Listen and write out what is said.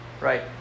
right